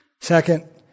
Second